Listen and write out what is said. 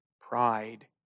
Pride